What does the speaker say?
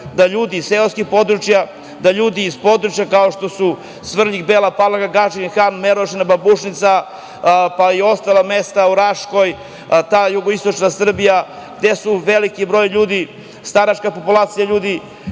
da ljudi iz seoskih područja, da ljudi iz područja kao što su Svrljig, Bela Palanka, Gadžin Han, Merošina, Babušnica, pa i ostala mesta u Raškoj, ta jugoistočna Srbija, gde je veliki broj ljudi staračka populacija,